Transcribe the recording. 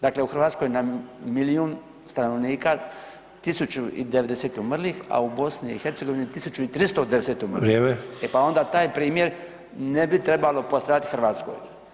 Dakle u Hrvatskoj na milijun stanovnika, 1900 umrlih a u BiH 1300 ... e pa onda taj primjer ne bi trebalo postavljati Hrvatskoj.